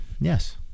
yes